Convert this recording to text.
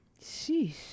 Sheesh